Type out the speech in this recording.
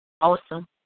Awesome